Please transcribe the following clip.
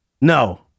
No